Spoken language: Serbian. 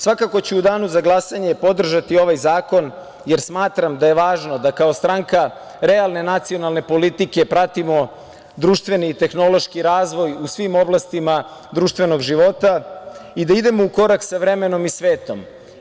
Svakako ću u danu za glasanje podržati ovaj zakon, jer smatram da je važno da kao stranka realne nacionalne politike pratimo društveni i tehnološki razvoj u svim oblastima društvenog života i da idemo ukorak sa vremenom i svetom.